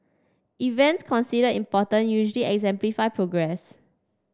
events considered important usually exemplify progress